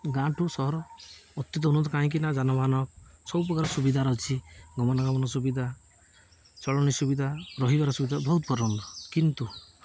ଗାଁ ଠୁ ସହର ଅତୀତ ଉନ୍ନତ କାହିଁକି ନା ଯାନବାହନ ସବୁ ପ୍ରକାର ସୁବିଧାର ଅଛି ଗମନାଗମନ ସୁବିଧା ଚଳଣି ସୁବିଧା ରହିବାର ସୁବିଧା ବହୁତ ପ୍ରକାରର କିନ୍ତୁ